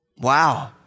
Wow